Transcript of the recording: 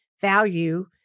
value